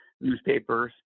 newspapers